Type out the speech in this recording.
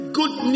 good